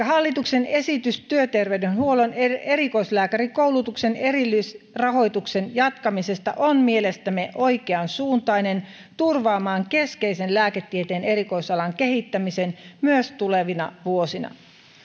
hallituksen esitys työterveyshuollon erikoislääkärikoulutuksen erillisrahoituksen jatkamisesta on mielestämme oikeansuuntainen turvaamaan keskeisen lääketieteen erikoisalan kehittämisen myös tulevina vuosina